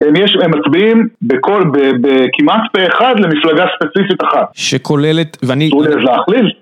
הם מצביעים בכל, כמעט פה אחד למפלגה ספציפית אחת שכוללת ואני... שכוללת להחליף